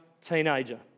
teenager